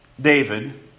David